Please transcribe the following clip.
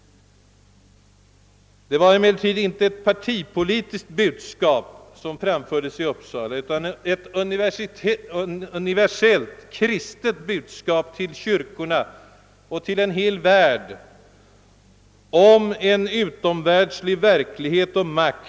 Det var emellertid inte ett partipolitiskt budskap som framfördes i Uppsala utan en universellt giltig kristen appell till kyrkorna och till en hel värld om en utomvärldslig verklighet och makt.